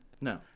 No